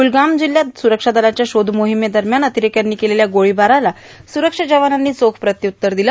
कुलगाम जिल्ह्यात सुरक्षा दलांच्या शोधमोहिमेदरम्यान अतिरेक्यांनी केलेल्या गोळीबाराला सुरक्षा जवानांनी चोख उत्तर दिलं